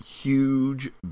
huge